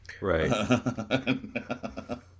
Right